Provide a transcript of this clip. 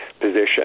position